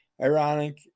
ironic